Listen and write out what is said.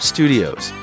Studios